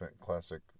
classic